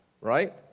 right